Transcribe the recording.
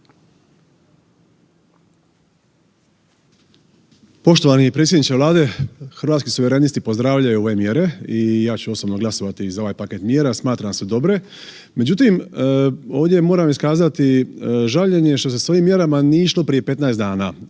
Poštovani predsjedniče Vlade. Hrvatski suverenisti pozdravljaju ove mjere i ja ću osobno glasovati za ovaj paket mjera, smatram da su dobre. Međutim,, ovdje moram iskazati žaljenje što se s ovim mjerama nije išlo prije 15 dana